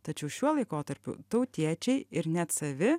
tačiau šiuo laikotarpiu tautiečiai ir net savi